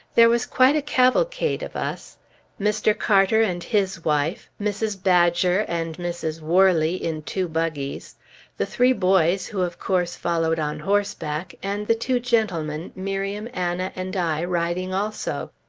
there was quite a cavalcade of us mr. carter and his wife, mrs. badger and mrs. worley, in two buggies the three boys, who, of course, followed on horseback, and the two gentlemen, miriam, anna, and i, riding also.